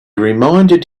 reminded